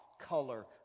color